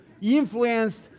influenced